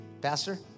Pastor